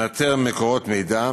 מאתר מקורות מידע,